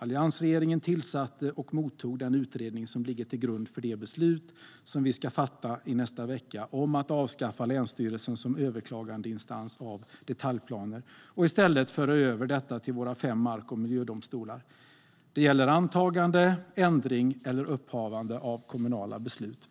Alliansregeringen tillsatte och mottog den utredning som ligger till grund för det beslut som vi ska fatta i nästa vecka om att avskaffa länsstyrelsen som överklagandeinstans för detaljplaner och i stället föra över ärendena till våra fem mark och miljödomstolar. Det gäller antagande, ändring och upphävande av kommunala beslut.